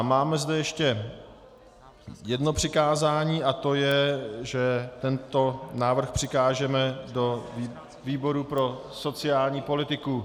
Máme zde ještě jedno přikázání že tento návrh přikážeme do výboru pro sociální politiku.